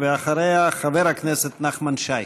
אחריה, חבר הכנסת נחמן שי.